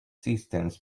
systems